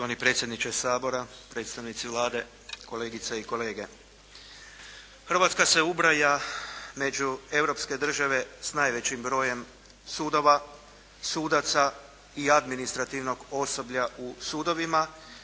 Hrvatska se ubraja među europske države sa najvećim brojem sudova, sudaca i administrativnog osoblja u sudovima